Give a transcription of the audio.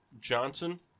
Johnson